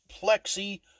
plexi